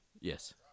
Yes